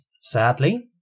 sadly